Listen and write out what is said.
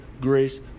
grace